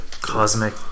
cosmic